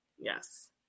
Yes